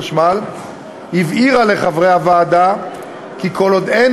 חשמל הבהירה לחברי הוועדה כי כל עוד אין